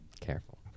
careful